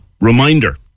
reminder